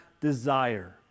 desire